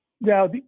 now